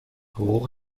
حقوق